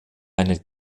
eine